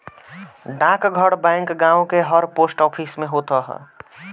डाकघर बैंक गांव के हर पोस्ट ऑफिस में होत हअ